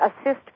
assist